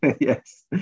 Yes